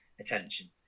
attention